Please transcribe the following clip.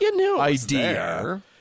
idea